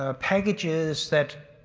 ah packages that.